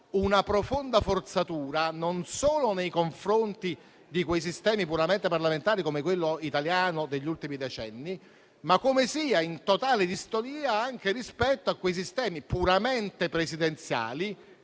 una profonda forzatura nei confronti di quei sistemi puramente parlamentari come quello italiano degli ultimi decenni, ma anche in totale distonia rispetto a quei sistemi puramente presidenziali,